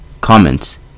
Comments